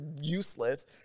useless